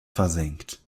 versenkt